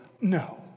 No